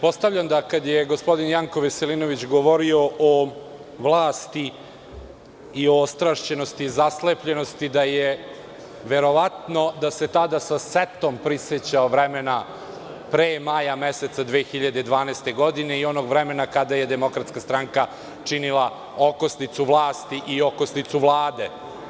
Pretpostavljam da kada je gospodin Janko Veselinović govorio o vlasti i o ostrašćenosti, zaslepljenosti, da se verovatno tada sa setom prisećao vremena pre maja meseca 2012. godine i onog vremena kada je DS činila okosnicu vlasti i okosnicu Vlade.